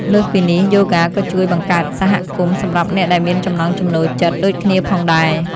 លើសពីនេះ យូហ្គាក៏ជួយ បង្កើតសហគមន៍ សម្រាប់អ្នកដែលមានចំណង់ចំណូលចិត្តដូចគ្នាផងដែរ។